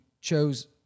chose